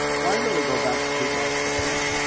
well i really go back to two thousand and ten